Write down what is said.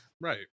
Right